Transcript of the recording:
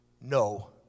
No